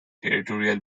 territorial